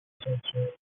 researcher